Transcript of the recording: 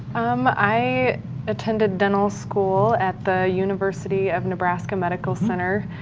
um i attended dental school at the university of nebraska, medical center,